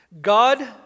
God